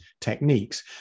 techniques